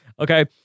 Okay